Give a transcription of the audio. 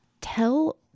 tell